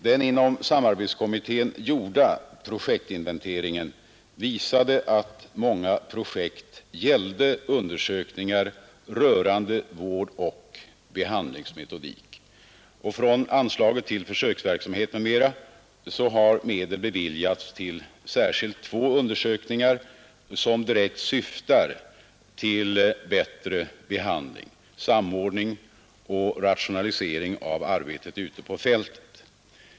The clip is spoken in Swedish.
Den inom samarbetskommittén gjorda projektinventeringen visade att mänga projekt gällde undersökningar rörande vårdoch behandlingsmetodik. Från anslaget till Försöksverksamhet m.m. har medel beviljats till framför allt två undersökningar som direkt syftar till bättre behandling, samordning och rationalisering av arbetet ute på fältet.